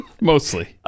mostly